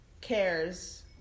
Cares